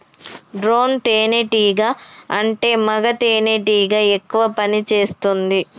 drone తేనే టీగా అంటే మగ తెనెటీగ ఎక్కువ పని చేస్తుంది